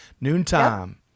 noontime